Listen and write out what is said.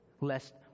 lest